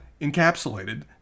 encapsulated